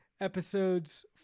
episodes